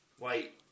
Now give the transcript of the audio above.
White